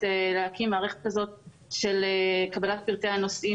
להקים מערכת כזאת של קבלת פרטי הנוסעים